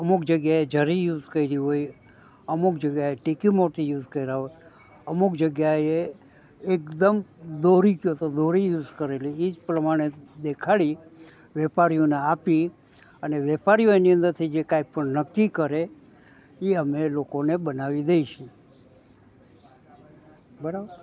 અમુક જગ્યાએ જરી યુઝ કરી હોય અમુક જગ્યાએ ટીકી મોતી યુઝ કર્યા હોય અમુક જગ્યાએ એકદમ દોરી કહો તો દોરી યુઝ કરેલી એ જ પ્રમાણે દેખાડી વેપારીઓને આપી અને વેપારીઓ એની અંદરથી જે કંઈ પણ નક્કી કરે એ અમે લોકોને બનાવી દઈશું બરાબર